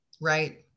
Right